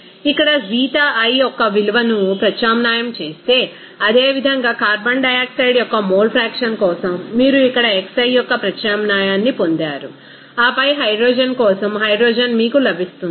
ఇక్కడ ξi యొక్క విలువను ప్రత్యామ్నాయం చేస్తే అదేవిధంగా కార్బన్ డయాక్సైడ్ యొక్క మోల్ ఫ్రాక్షన్ కోసం మీరు ఇక్కడ xi యొక్క ప్రత్యామ్నాయాన్ని పొందుతారు ఆపై హైడ్రోజన్ కోసం హైడ్రోజన్ మీకు లభిస్తుంది